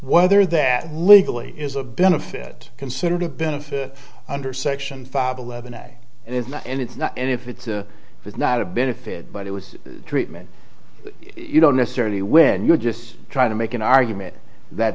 whether that legally is a benefit considered a benefit under section five eleven a it's not and it's not and if it's a it's not a benefit but it was treatment you don't necessarily when you're just trying to make an argument that